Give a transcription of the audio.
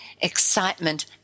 excitement